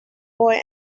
boy